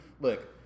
look